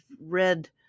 read